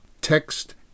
text